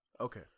Okay